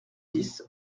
dix